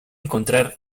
encontrar